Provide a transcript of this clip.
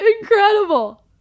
incredible